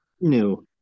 No